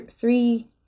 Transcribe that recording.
three